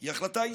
היא החלטה אישית,